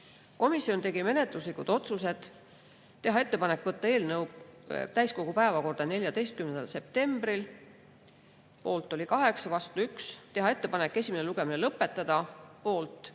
Komisjon tegi menetluslikud otsused. Teha ettepanek võtta eelnõu täiskogu päevakorda 14. septembril. Poolt oli 8, vastu 1. Teha ettepanek esimene lugemine lõpetada. Poolt oli